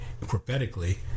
prophetically